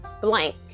blank